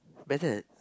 better than